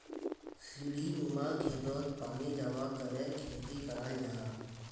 सीढ़ीनुमा खेतोत पानी जमा करे खेती कराल जाहा